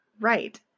Right